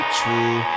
true